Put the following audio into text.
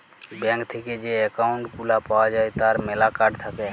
bank থেক্যে যে account গুলা পাওয়া যায় তার ম্যালা কার্ড থাক্যে